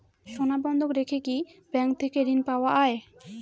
সোনা বন্ধক রেখে কি ব্যাংক থেকে ঋণ পাওয়া য়ায়?